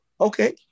Okay